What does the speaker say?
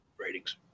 Ratings